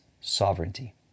sovereignty